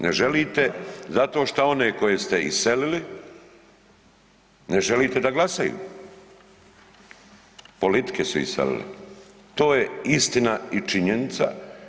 Ne želite zato šta one koje ste iselili ne želite da glasaju, politike su ih iselile, to je istina i činjenica.